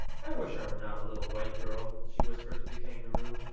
i wish i were not a little white girl, she whispered to the kangaroo.